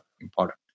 important